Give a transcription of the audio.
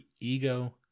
ego